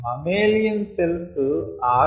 mammalian cells 6